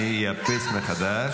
אמרתי לך, אני עצם בגרון שלך.